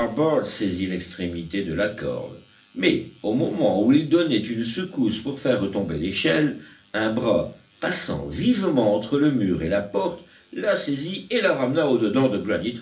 saisit l'extrémité de la corde mais au moment où il donnait une secousse pour faire retomber l'échelle un bras passant vivement entre le mur et la porte la saisit et la ramena au dedans de